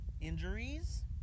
injuries